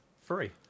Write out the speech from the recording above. free